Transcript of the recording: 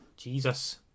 Jesus